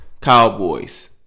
Cowboys